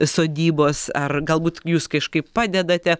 sodybos ar galbūt jūs kažkaip padedate